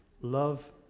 love